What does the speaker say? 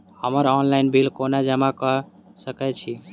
हम्मर online bill कोना जमा कऽ सकय छी?